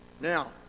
Now